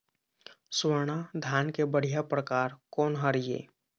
स्वर्णा धान के बढ़िया परकार कोन हर ये?